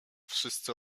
wszyscy